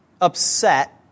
upset